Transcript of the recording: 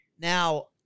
Now